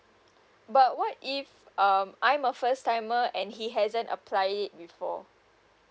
but what if um I'm a first timer and he hasn't apply it before